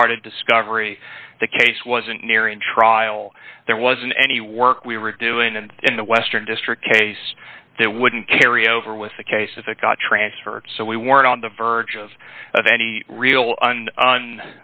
started discovery the case wasn't nearing trial there wasn't any work we were doing and in the western district case that wouldn't carry over with the case if it got transferred so we weren't on the verge of of any real